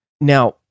Now